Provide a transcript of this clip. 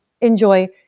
enjoy